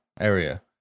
area